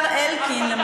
השר אלקין, הסתה.